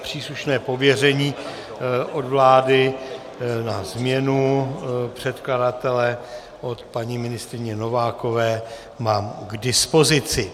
Příslušné pověření od vlády na změnu předkladatele od paní ministryně Novákové mám k dispozici.